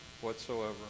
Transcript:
whatsoever